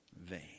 vain